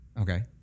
Okay